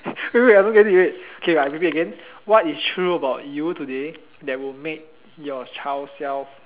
eh wait I don't get it wait K I repeat again what is true about you today that will make your child self